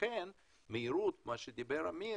לכן מהירות, מה שדיבר עליה